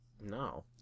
No